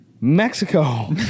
Mexico